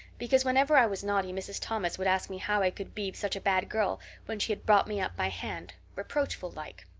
because whenever i was naughty mrs. thomas would ask me how i could be such a bad girl when she had brought me up by hand reproachful-like.